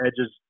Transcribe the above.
edges